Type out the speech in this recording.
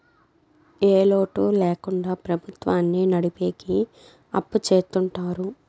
ఏ లోటు ల్యాకుండా ప్రభుత్వాన్ని నడిపెకి అప్పు చెత్తుంటారు